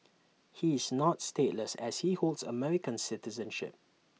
he is not stateless as he holds American citizenship